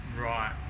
Right